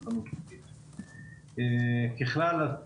ככלל,